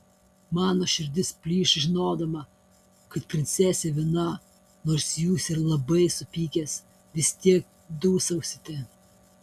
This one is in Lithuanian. mano širdis plyš žinodama kad princesė viena nors jūs ir labai supykęs vis tiek dūsausite